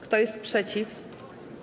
Kto jest przeciw?